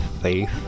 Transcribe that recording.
faith